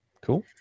Cool